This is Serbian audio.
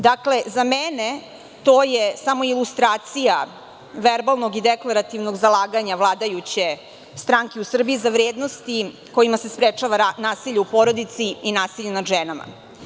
Za mene je to samo ilustracija verbalnog i deklarativnog zalaganja vladajuće stranke u Srbiji za vrednosti kojima se sprečava nasilje u porodici i nasilje nad ženama.